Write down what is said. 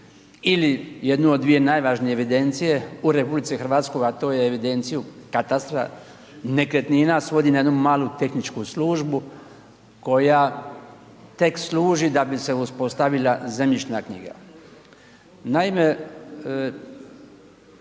ili jedu od dvije najvažnije evidencije u RH, a to je evidenciju katastra nekretnina svodi na jednu malu tehničku službu koja tek služi da bi se uspostavila zemljišna knjiga.